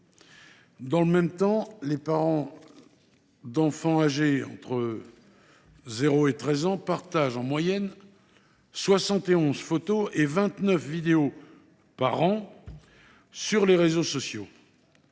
Dans le même temps, les parents d’enfants de 0 à 13 ans partagent en moyenne 71 photos et 29 vidéos par an sur les réseaux sociaux.